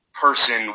person